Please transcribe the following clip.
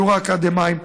שיעור האקדמאים,